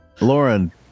Lauren